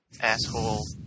asshole